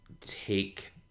take